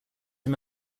him